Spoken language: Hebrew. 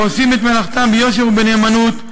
העושים את מלאכתם ביושר ובנאמנות,